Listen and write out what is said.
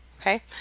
Okay